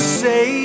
say